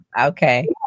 Okay